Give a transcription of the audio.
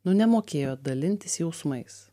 nu nemokėjo dalintis jausmais